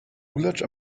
lulatsch